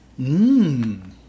Mmm